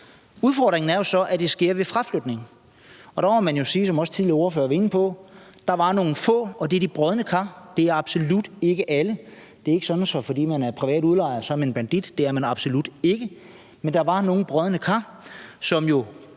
Udfordringen er jo så, at det sker ved fraflytning. Og der må man jo sige, som også en anden ordfører tidligere var inde på, at der var nogle få brodne kar – det var absolut ikke alle, for det er ikke sådan, at fordi man er privat udlejer, er man bandit; det er man absolut ikke – som brød reglerne og